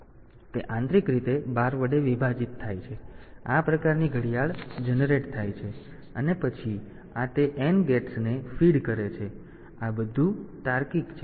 તેથી તે આંતરિક રીતે 12 વડે વિભાજિત થાય છે તેથી આ પ્રકારની ઘડિયાળ જનરેટ થાય છે અને પછી આ તે n ગેટ્સને ફીડ કરે છે આ બધું તાર્કિક છે